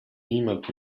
niemand